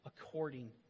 according